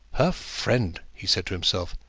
her friend he said to himself.